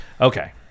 okay